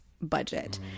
budget